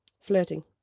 Flirting